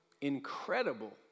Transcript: incredible